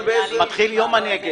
היות והיום הוא יום הנגב,